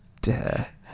dare